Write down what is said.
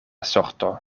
sorto